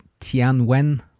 Tianwen